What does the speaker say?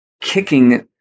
kicking